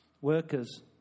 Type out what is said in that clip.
workers